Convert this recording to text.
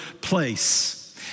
place